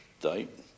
date